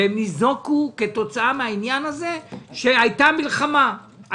שניזוקו כתוצאה מן העניין הזה שהייתה מלחמה,